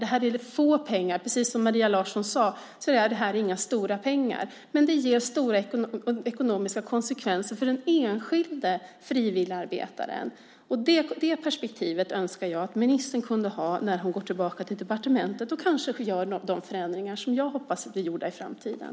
Det här gäller lite pengar - som Maria Larsson sade är det här inga stora pengar - men det medför stora ekonomiska konsekvenser för den enskilde frivilligarbetaren, och det perspektivet önskar jag att ministern kunde ha när hon går tillbaka till departementet och kanske gör de förändringar som jag hoppas blir gjorda i framtiden.